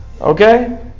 Okay